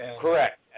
Correct